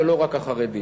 ולא רק החרדים,